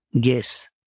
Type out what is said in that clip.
guess